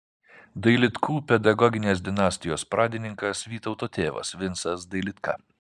dailidkų pedagoginės dinastijos pradininkas vytauto tėvas vincas dailidka